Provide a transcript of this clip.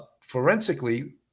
forensically